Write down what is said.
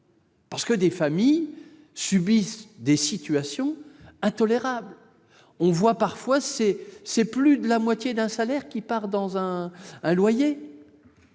parce que des familles subissent des situations intolérables. C'est parfois plus de la moitié d'un salaire qui part dans le loyer